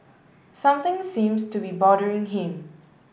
something seems to be bothering him